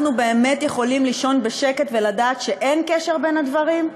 באמת יכולים לישון בשקט ולדעת שאין קשר בין הדברים?